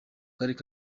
karere